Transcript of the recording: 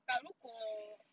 but 如果